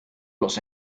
los